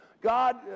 God